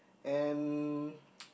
and